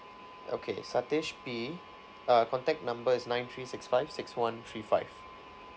okay satesh P uh contact number is nine three six five six one three five